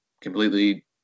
completely